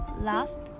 Last